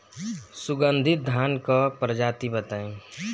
सुगन्धित धान क प्रजाति बताई?